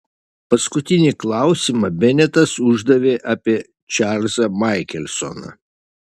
paskutinį klausimą benetas uždavė apie čarlzą maikelsoną